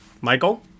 Michael